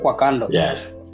yes